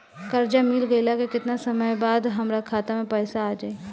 कर्जा मिल गईला के केतना समय बाद हमरा खाता मे पैसा आ जायी?